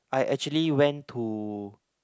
I actually went to